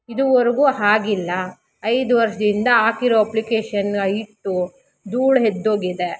ಇದುವರೆಗೂ ಆಗಿಲ್ಲ ಐದು ವರ್ಷದಿಂದ ಹಾಕಿರೋ ಅಪ್ಲಿಕೇಶನ್ ಇಟ್ಟು ಧೂಳ್ ಎದ್ದೋಗಿದೆ